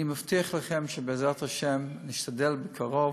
אני מבטיח לכם שבעזרת השם נשתדל בקרוב